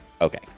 okay